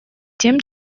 тем